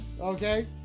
Okay